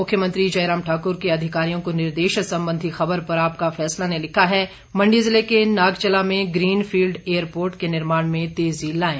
मुख्यमंत्री जयराम ठाकुर के अधिकारियों को निर्देश संबंधी खबर पर आपका फैसला ने लिखा है मंडी जिले के नागचला में ग्रीन फील्ड एयरपोर्ट के निर्माण में तेजी लाएं